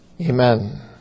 Amen